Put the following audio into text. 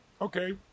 okay